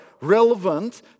relevant